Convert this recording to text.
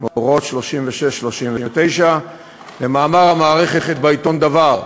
מאורעות 36' 39'. ומאמר המערכת בעיתון "דבר"